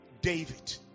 David